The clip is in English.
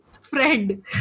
friend